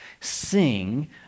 Sing